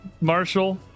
Marshall